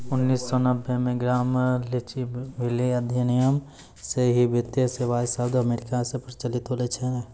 उन्नीस सौ नब्बे मे ग्राम लीच ब्लीली अधिनियम से ही वित्तीय सेबाएँ शब्द अमेरिका मे प्रचलित होलो छलै